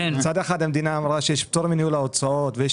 מצד אחד המדינה אמרה שיש פטור מניהול ההוצאות ויש